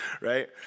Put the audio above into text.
right